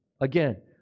Again